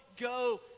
go